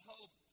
Hope